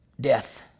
death